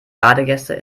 badegäste